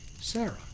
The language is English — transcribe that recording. Sarah